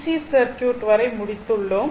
C circuit வரை முடித்துள்ளோம்